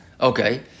Okay